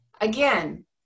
Again